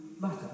matter